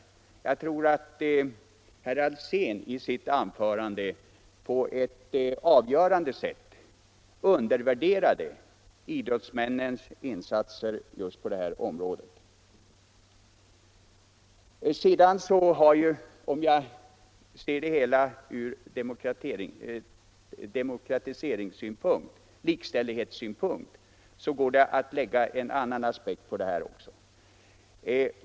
Jag tror att herr Alsén i sitt anförande undervärderade idrottsmännens insatser just på det här området. Om man ser det hela ur likställdhetssynpunkt går det att lägga en annan aspekt på det också.